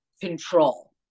control